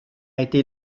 été